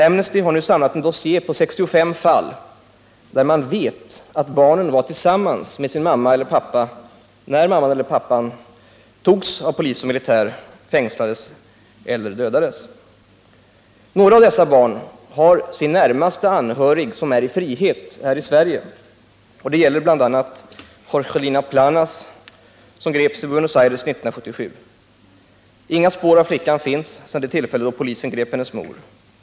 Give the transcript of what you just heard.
Amnesty har nu samlat en dossié över 65 fall, där man vet att barnen var tillsammans med sin mamma eller pappa när mamman eller pappan togs av polis eller militär, fängslades eller dödades. Några av dessa barn har sin närmaste anhörige i frihet här i Sverige. Det gäller bl.a. Jorgelina Planas, som greps i Buenos Aires 1977. Inga spår av flickan finns sedan det tillfälle då polisen grep hennes mor.